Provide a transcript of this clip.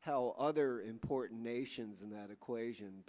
how other important nations in that equation